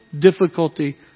difficulty